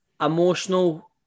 Emotional